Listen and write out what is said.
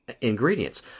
ingredients